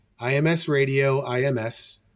imsradioims